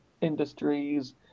industries